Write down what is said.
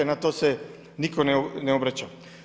Na to se nitko ne obraća.